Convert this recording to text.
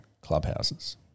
clubhouses